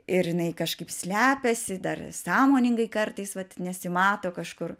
ir jinai kažkaip slepiasi dar sąmoningai kartais vat nesimato kažkur